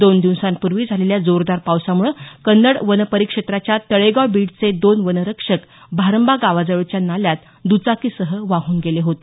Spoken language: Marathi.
दोन दिवसांपूर्वी झालेल्या जोरदार पावसामुळे कन्नड वन परिक्षेत्राच्या तळेगाव बीटचे दोन वनरक्षक भारंबा गावाजवळच्या नाल्यात दचाकीसह वाहून गेले होते